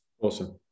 awesome